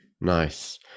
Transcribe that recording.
Nice